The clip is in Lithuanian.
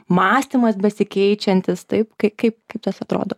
mąstymas besikeičiantis taip kaip kaip tas atrodo